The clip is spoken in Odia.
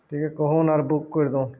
ଟିକେ କହୁନ ଆର୍ ବୁକ୍ କରିଦେଉଁ